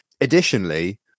additionally